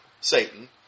Satan